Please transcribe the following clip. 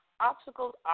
Obstacles